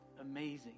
amazing